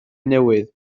newydd